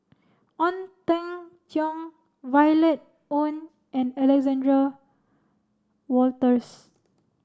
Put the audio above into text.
Ong Teng Cheong Violet Oon and Alexander Wolters